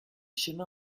chemin